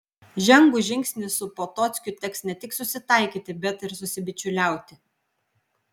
žengus žingsnį su potockiu teks ne tik susitaikyti bet ir susibičiuliauti